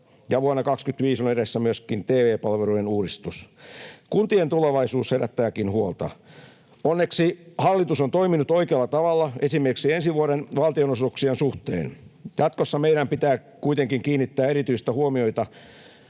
ja vuonna 25 on edessä myöskin TE-palvelujen uudistus. Kuntien tulevaisuus herättääkin huolta. Onneksi hallitus on toiminut oikealla tavalla esimerkiksi ensi vuoden valtionosuuksien suhteen. Jatkossa meidän pitää kuitenkin kiinnittää erityistä huomiota